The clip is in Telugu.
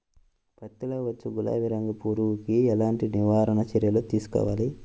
పత్తిలో వచ్చు గులాబీ రంగు పురుగుకి ఎలాంటి నివారణ చర్యలు తీసుకోవాలి?